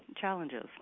challenges